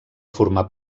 formar